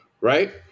right